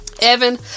Evan